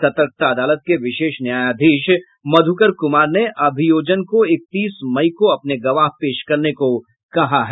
सतर्कता अदालत के विशेष न्यायाधीश मधुकर कुमार ने अभियोजन को इकतीस मई को अपने गवाह पेश करने को कहा है